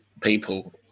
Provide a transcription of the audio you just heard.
people